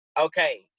okay